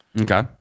Okay